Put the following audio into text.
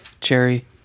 Cherry